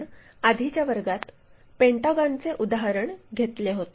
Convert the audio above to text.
आपण आधीच्या वर्गात पेंटागॉनचे उदाहरण घेतले होते